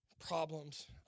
problems